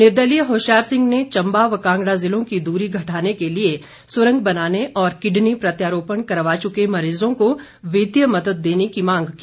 निर्दलीय होशियार सिंह ने चंबा व कांगड़ा जिलों की दूरी घटाने के लिए सुरंग बनाने और किडनी प्रत्यारोपण करवा चुके मरीजों को वितीय मदद देने की मांग की